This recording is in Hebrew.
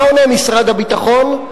מה עונה משרד הביטחון?